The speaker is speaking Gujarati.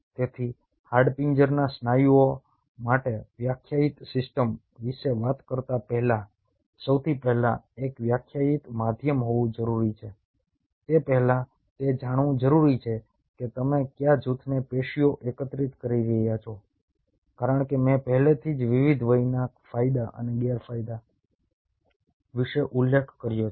તેથી હાડપિંજરના સ્નાયુઓ માટે વ્યાખ્યાયિત સિસ્ટમ વિશે વાત કરતા પહેલા સૌથી પહેલા એક વ્યાખ્યાયિત માધ્યમ હોવું જરૂરી છે તે પહેલા તે જાણવું જરૂરી છે કે તમે કયા જૂથને પેશીઓ એકત્રિત કરી રહ્યા છો કારણ કે મેં પહેલેથી જ વિવિધ વયના ફાયદા અને ગેરફાયદા વિશે ઉલ્લેખ કર્યો છે